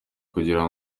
kugira